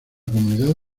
comunidad